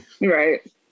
Right